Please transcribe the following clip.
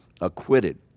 acquitted